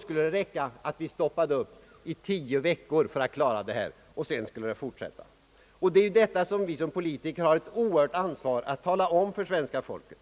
skulle det räcka att stoppa vår egen standardökning i tio veckor för att åstadkomma den önskade effekten. Vi politiker har ett oerhört ansvar för att detta blir omtalat för svenska folket.